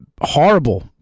horrible